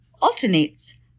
alternates